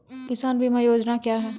किसान बीमा योजना क्या हैं?